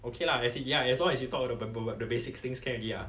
okay lah as it ya as long as you talk about the ba~ the basic things can already lah